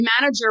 manager